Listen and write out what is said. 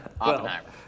*Oppenheimer*